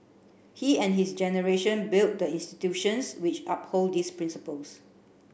he and his generation built the institutions which uphold these principles